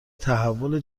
تحول